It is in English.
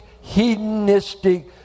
hedonistic